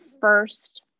first